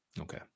Okay